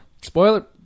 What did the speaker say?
Spoiler